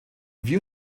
view